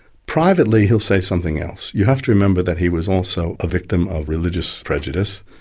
privately, he'll say something else. you have to remember that he was also a victim of religious prejudice,